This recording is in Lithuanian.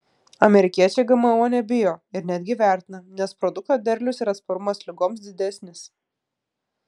amerikiečiai gmo nebijo ir netgi vertina nes produkto derlius ir atsparumas ligoms didesnis